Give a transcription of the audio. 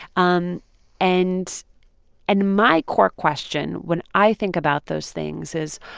um and and my core question when i think about those things is,